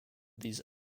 these